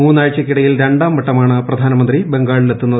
മൂന്നാഴ്ചയ്ക്കിടയിൽ രണ്ടാംവട്ടമാണ് പ്രധാമന്ത്രി ബംഗാളിലെത്തുന്നത്